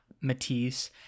Matisse